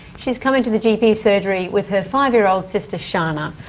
she's come into the gp surgery with her five-year-old sister, sharna,